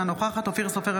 אינה נוכחת אופיר סופר,